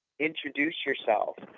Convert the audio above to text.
introduce yourself.